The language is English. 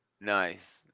Nice